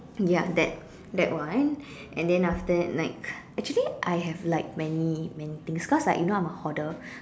ya that that one and then after that like actually I have like many many things cause like you know I'm a hoarder